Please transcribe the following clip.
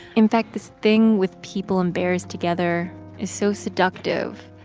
in fact this thing with people and bears together is so seductive,